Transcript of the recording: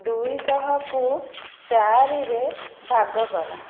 ଦୁଇଶହକୁ ଚାରିରେ ଭାଗ କର